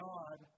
God